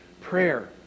Prayer